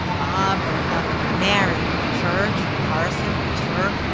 ah, bertha! married! church, parson, clerk,